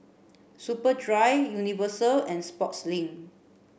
Superdry Universal and Sportslink